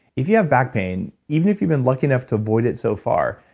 if you have back pain, even if you've been lucky enough to avoid it so far,